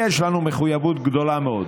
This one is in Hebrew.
יש לנו מחויבות גדולה מאוד,